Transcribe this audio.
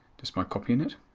just by copying it.